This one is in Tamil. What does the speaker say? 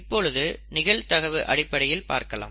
இப்பொழுது நிகழ்தகவு அடிப்படையில் பார்க்கலாம்